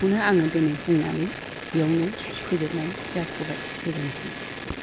बेखौनो आङो दिनै बुंनानै बेवनो फोजोबनाय जाथबाय गोजोनथों